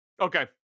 okay